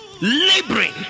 Laboring